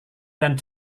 dan